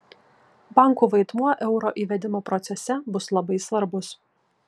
bankų vaidmuo euro įvedimo procese bus labai svarbus